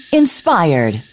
inspired